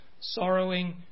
sorrowing